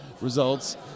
results